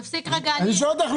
תפסיק רגע --- אני שואל אותך,